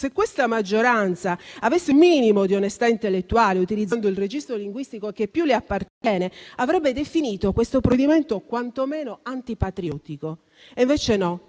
Se questa maggioranza avesse un minimo di onestà intellettuale, utilizzando il registro linguistico che più le appartiene, avrebbe definito questo provvedimento quantomeno anti patriottico. Invece no,